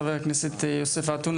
חבר הכנסת איימן עודה,